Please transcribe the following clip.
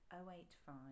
085